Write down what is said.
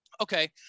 okay